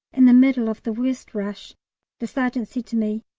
in the middle of the worst rush the sergeant said to me,